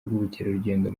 rw’ubukerarugendo